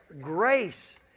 grace